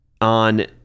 on